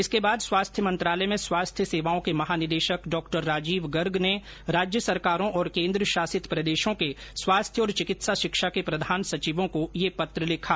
इसके बाद स्वास्थ्य मंत्रालय में स्वास्थ्य सेवाओं के महानिदेशक डॉक्टर राजीव गर्ग ने राज्य सरकारों और केंद्रशासित प्रदेशों के स्वास्थ्य और चिकित्सा शिक्षा के प्रधान सचिवों को यह पत्र लिखा